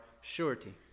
surety